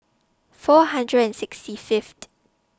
four hundred and sixty